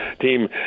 team